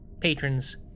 patrons